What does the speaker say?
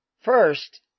first